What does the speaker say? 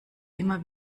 immer